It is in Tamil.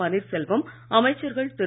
பன்னீர்செல்வம் அமைச்சர்கள் திரு